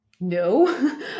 No